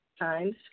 Times